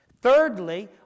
Thirdly